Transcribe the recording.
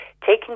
taking